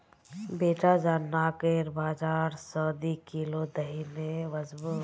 बेटा जा नाकेर बाजार स दी किलो दही ने वसबो